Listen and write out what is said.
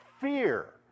fear